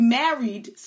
married